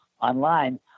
online